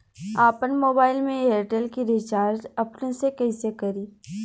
आपन मोबाइल में एयरटेल के रिचार्ज अपने से कइसे करि?